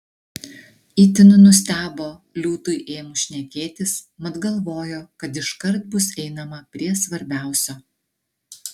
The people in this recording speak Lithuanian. itin nustebo liūtui ėmus šnekėtis mat galvojo kad iškart bus einama prie svarbiausio